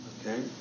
Okay